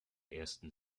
ersten